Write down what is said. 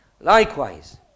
Likewise